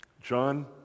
John